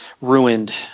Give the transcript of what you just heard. ruined